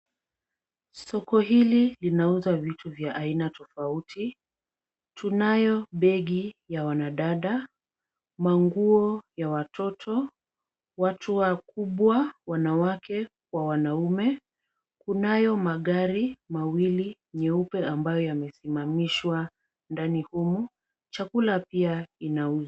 Soko hili linauzwa vitu vya aina tofauti. Tunayo begi ya wanadada, manguo ya watoto, watu wakubwa wanawake kwa wanaume. Kunayo magari mawili nyeupe ambayo yamesmamishwa ndani humo, chakula pia inauzwa.